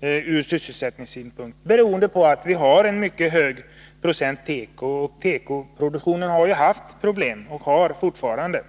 ur sysselsättningssynpunkt, beroende på att vi har en mycket hög procent teko och på att tekoproduktionen haft och fortfarande har problem.